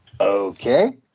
Okay